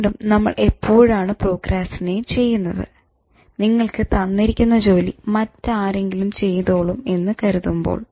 വീണ്ടും നമ്മൾ എപ്പോഴാണ് പ്രോക്രാസ്റ്റിനേറ്റ് ചെയ്യുന്നത് നിങ്ങൾക്ക് തന്നിരിക്കുന്ന ജോലി മറ്റാരെങ്കിലും ചെയ്തോളും എന്ന് കരുതുമ്പോൾ